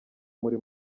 muri